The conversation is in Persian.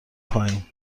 پایین